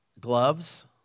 gloves